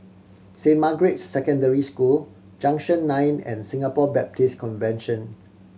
Saint Margaret's Secondary School Junction Nine and Singapore Baptist Convention